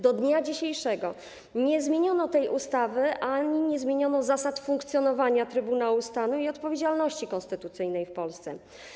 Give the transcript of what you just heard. Do dnia dzisiejszego nie zmieniono tej ustawy ani nie zmieniono zasad funkcjonowania Trybunału Stanu i odpowiedzialności konstytucyjnej w Polsce.